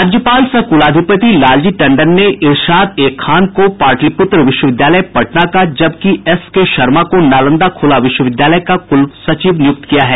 राज्यपाल सह कुलाधिपति लालजी टंडन ने इरशाद ए खान को पाटलिपुत्र विश्वविद्यालय पटना का जबकि एसके शर्मा को नालंदा खुला विश्वविद्यालय का कुलसचिव नियुक्त किया है